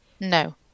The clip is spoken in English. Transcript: No